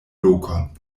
lokon